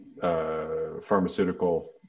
Pharmaceutical